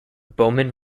bowen